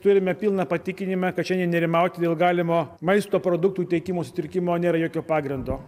turime pilną patikinimą kad šiandien nerimauti dėl galimo maisto produktų tiekimo sutrikimo nėra jokio pagrindo